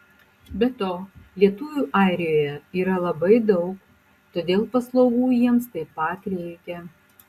be to lietuvių airijoje yra labai daug todėl paslaugų jiems taip pat reikia